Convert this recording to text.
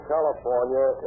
California